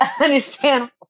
understand